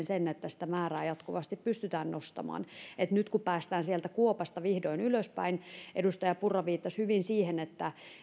sen että sitä määrää jatkuvasti pystytään nostamaan nyt kun päästään sieltä kuopasta vihdoin ylöspäin edustaja purra viittasi hyvin siihen että